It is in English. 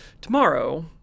tomorrow